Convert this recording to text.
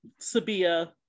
Sabia